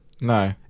No